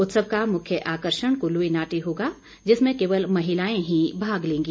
उत्सव का मुख्य आकर्षण कुल्लवी नाटी होगा जिसमें केवल महिलाएं ही भाग लेंगी